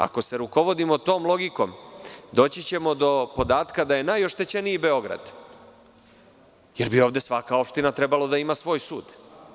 Ako se rukovodimo tom logikom, doći ćemo do podatka da je najoštećeniji Beograd, jer bi ovde svaka opština trebalo da ima svoj sud.